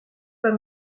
pas